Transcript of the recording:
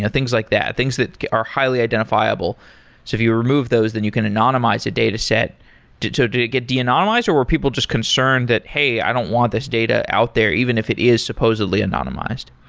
ah things like that, things that are highly identifiable, so if you remove those, then you can anonymize the data set. did so did it get de-anonymized, or where people just concerned that, hey, i don't want this data out there, even if it is supposedly anonymized.